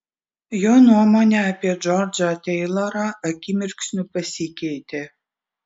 jo nuomonė apie džordžą teilorą akimirksniu pasikeitė